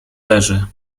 leży